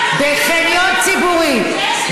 זה עסק של בן אדם,